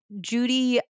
Judy